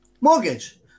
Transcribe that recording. mortgage